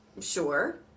Sure